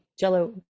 jello